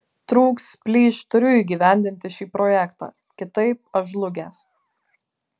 trūks plyš turiu įgyvendinti šį projektą kitaip aš žlugęs